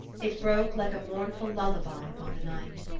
it broke like a mournful lullaby upon the night.